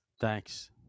Thanks